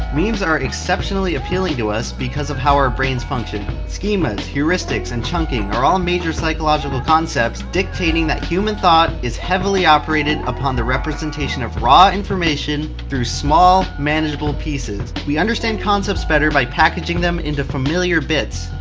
memes are exceptionally appealing to us because of how our brains function. schemas, heuristics and chunking are all major psychological concepts, dictating, that human thought is heavily operated upon the representation of raw information through small manageable pieces. we understand concepts better by packaging them into familiar bits.